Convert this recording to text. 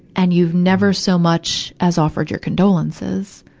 and you've never so much as offered your condolences.